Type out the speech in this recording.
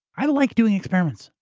i like doing experiments.